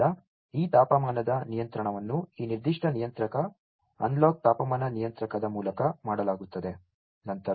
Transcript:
ಆದ್ದರಿಂದ ಈ ತಾಪಮಾನದ ನಿಯಂತ್ರಣವನ್ನು ಈ ನಿರ್ದಿಷ್ಟ ನಿಯಂತ್ರಕ ಅನಲಾಗ್ ತಾಪಮಾನ ನಿಯಂತ್ರಕದ ಮೂಲಕ ಮಾಡಲಾಗುತ್ತದೆ